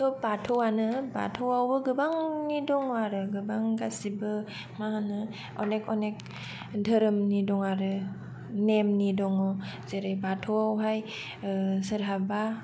थ' बाथौआनो बाथौआवबो गोबांनि दङ आरो गोबां गासिबो माहोनो अनेख अनेख धोरोमनि दं आरो नेमनि दङ जेरै बाथौआव हाय सोरहाबा